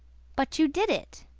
but you did it.